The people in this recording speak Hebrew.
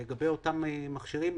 לגבי אותם מכשירים,